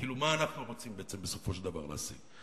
כאילו, מה אנחנו רוצים בעצם בסופו של דבר להשיג?